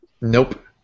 Nope